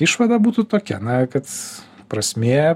išvada būtų tokia na kad prasmė